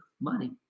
money